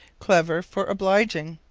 clever for obliging.